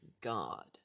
God